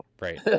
Right